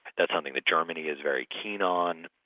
that's something that germany is very keen on,